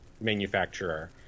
manufacturer